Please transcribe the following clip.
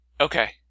Okay